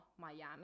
Miami